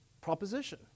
proposition